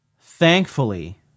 thankfully